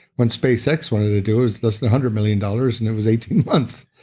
what space x wanted to do is less than a hundred million dollars and it was eighteen months.